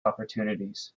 opportunities